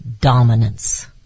dominance